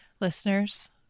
Listeners